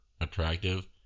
attractive